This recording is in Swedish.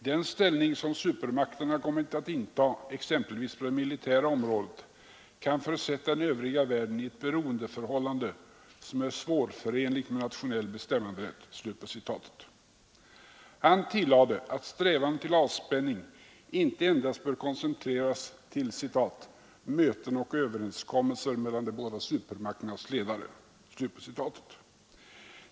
Den ställning som supermakterna kommit att inta exempelvis på det militära området kan försätta den övriga världen i ett beroendeförhållande som är svårförenligt med nationell bestämmanderätt.” Han tillade att strävanden till avspänning icke endast bör koncentreras ”till möten och överenskommelser mellan de båda supermakternas ledare”.